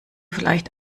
vielleicht